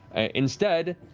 instead,